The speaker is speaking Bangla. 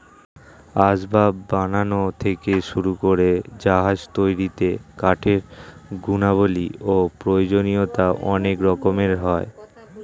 আসবাব বানানো থেকে শুরু করে জাহাজ তৈরিতে কাঠের গুণাবলী ও প্রয়োজনীয়তা অনেক রকমের হয়